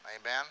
amen